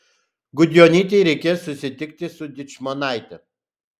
gudjonytei reikės susitikti ir su dičmonaite